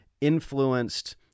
influenced